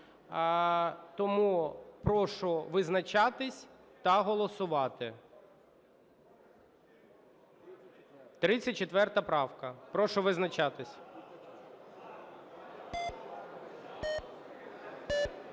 Тому прошу визначатись та голосувати. 34 правка, прошу визначатись.